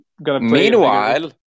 Meanwhile